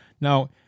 Now